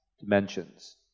dimensions